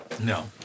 No